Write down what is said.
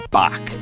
back